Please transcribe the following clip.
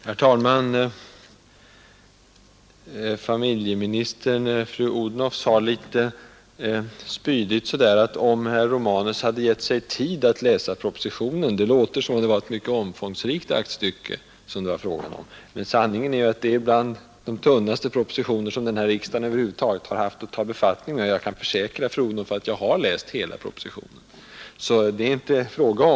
Herr talman! Fru Odhnoff sade litet spydigt: ”Om herr Romanus hade tagit sig tid att läsa propositionen hade dessa frågor varit onödiga.” Det låter som om det vore fråga om ett mycket omfångsrikt aktstycke. Men sanningen är att den här propositionen är bland de tunnaste som den här riksdagen över huvud taget har haft att ta befattning med. Jag kan försäkra fru Odhnoff att jag har läst hela propositionen.